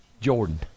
Jordan